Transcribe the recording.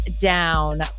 Down